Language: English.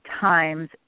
times